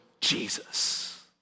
Jesus